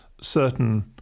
certain